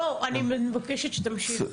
לא, אני מבקשת שתמשיך.